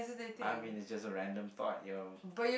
I mean it's just a random thought your